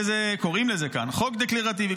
קוראים לזה כאן חוק דקלרטיבי,